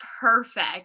perfect